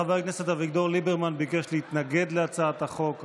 חבר הכנסת אביגדור ליברמן ביקש להתנגד להצעת החוק.